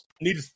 need